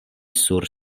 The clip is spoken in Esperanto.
sur